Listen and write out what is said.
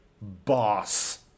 boss